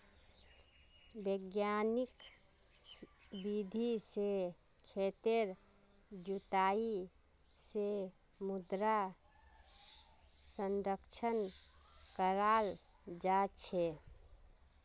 वैज्ञानिक विधि से खेतेर जुताई से मृदा संरक्षण कराल जा छे